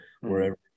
wherever